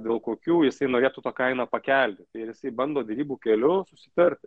dėl kokių jisai norėtų tą kainą pakelti tai ir jisai bando derybų keliu susitarti